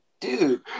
Dude